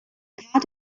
car